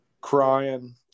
crying